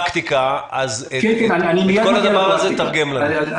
בפרקטיקה, אז את כל הדבר הזה תתרגם לנו.